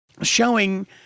showing